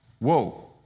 Whoa